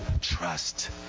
trust